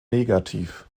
negativ